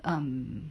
um